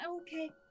okay